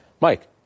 Mike